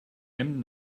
emden